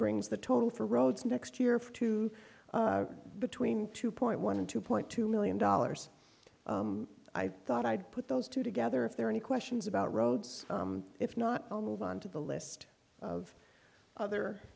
brings the total for roads next year to between two point one two point two million dollars i thought i'd put those two together if there are any questions about roads if not i'll move on to the list of other